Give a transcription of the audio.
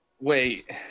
Wait